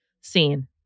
seen